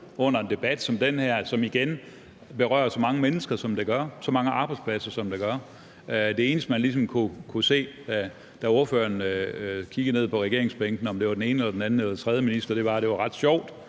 under en debat som den her, som, vil jeg igen sige, berører så mange mennesker, som den gør, og så mange arbejdspladser, som den gør; det eneste, man ligesom kunne se, da ordføreren kiggede ned på regeringsbænken – om det var den ene eller den anden eller den tredje minister – var, at det var ret sjovt,